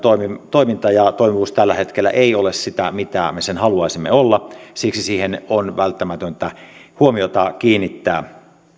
toiminta ja toimivuus tällä hetkellä ei ole sitä mitä me sen haluaisimme olevan siksi siihen on välttämätöntä huomiota kiinnittää